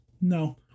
No